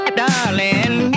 darling